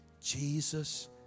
Jesus